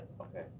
Okay